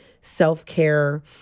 self-care